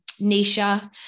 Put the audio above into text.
Nisha